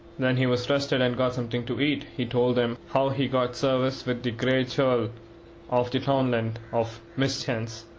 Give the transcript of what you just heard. when he was rested and got something to eat, he told them how he got service with the grey churl of the townland of mischance,